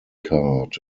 card